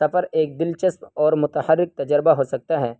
سفر ایک دلچسپ اور متحرک تجربہ ہو سکتا ہے